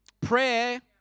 Prayer